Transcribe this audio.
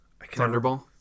thunderball